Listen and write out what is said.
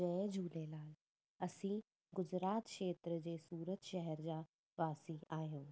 जय झूलेलाल असां गुजरात क्षेत्र जे सूरत शहर जा वासी आहियूं